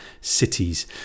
cities